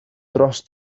dros